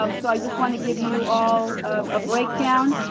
um so i just wanna give you all a breakdown.